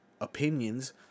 opinions